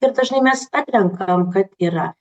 ir dažnai mes atrenkam kad yra